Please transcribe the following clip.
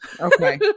okay